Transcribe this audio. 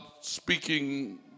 speaking